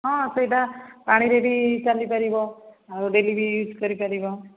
ହଁ ସେଇଟା ପାଣିରେ ବି ଚାଲି ପାରିବ ଆଉ ଡେଲି ବି ୟୁଜ୍ କରିପାରିବ